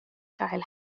gael